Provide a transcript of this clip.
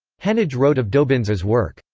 henige wrote of dobyns's work.